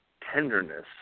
tenderness